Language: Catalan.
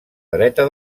dreta